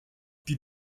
die